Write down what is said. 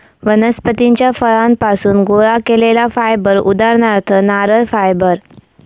वनस्पतीच्या फळांपासुन गोळा केलेला फायबर उदाहरणार्थ नारळ फायबर